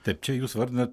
taip čia jūs vardinat